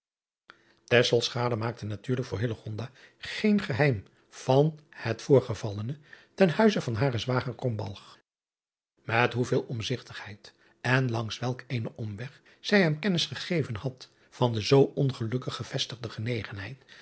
maakte natuurlijk voor geen geheim van het voorgevallene ten huize van haren zwager et hoe veel omzigtigheid en langs welk eenen omweg zij hem kennis gegeven had van de zoo ongelukkig gevestigde genegenheid